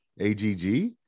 AGG